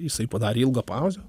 jisai padarė ilgą pauzę